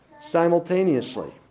simultaneously